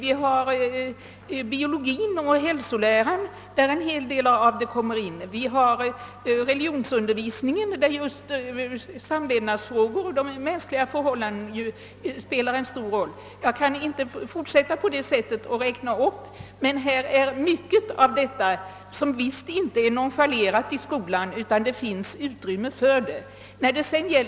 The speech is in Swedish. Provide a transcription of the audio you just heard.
I ämnet biologi med hälsolära kommer också en hel del av dessa spörsmål in. I religionsundervisningen spelar just samlevnadsfrågor och de mänskliga förhållandena en stor roll. Jag kan inte nu fortsätta denna uppräkning, men jag vill säga att skolan visst inte nonchalant behandlar det kunskapsmaterial som fröken Wetterström tog upp utan ger utrymme för mycket av det i undervisningen.